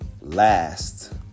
Last